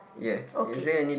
okay